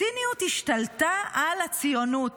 הציניות השתלטה על הציונות.